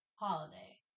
holiday